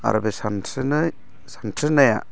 आरो बे सानस्रिनाया